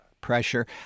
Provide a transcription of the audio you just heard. pressure